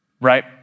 right